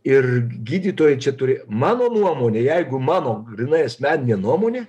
ir gydytojai čia turi mano nuomone jeigu mano grynai asmeninė nuomonė